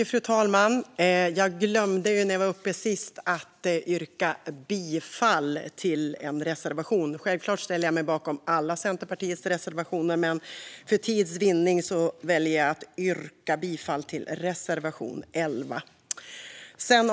Fru talman! När jag var uppe förra gången glömde jag att yrka bifall till en reservation. Givetvis står jag bakom alla Centerpartiets reservationer, men för tids vinning yrkar jag bifall enbart till reservation 11.